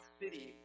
city